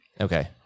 Okay